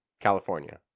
California